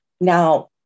Now